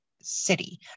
city